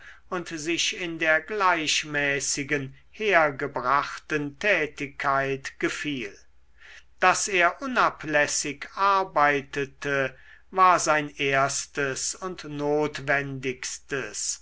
und sich in der gleichmäßigen hergebrachten tätigkeit gefiel daß er unablässig arbeitete war sein erstes und notwendigstes